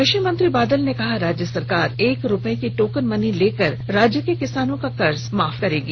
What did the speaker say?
कृषि मंत्री बादल ने कहा कि राज्य सरकार एक रुपये की टोकन मनी लेकर राज्य के किसानों का कर्ज त् माफ करेगी